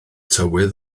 tywydd